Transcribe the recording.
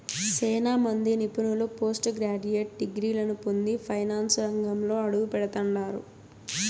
సేనా మంది నిపుణులు పోస్టు గ్రాడ్యుయేట్ డిగ్రీలని పొంది ఫైనాన్సు రంగంలో అడుగుపెడతండారు